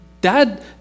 Dad